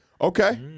Okay